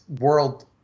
world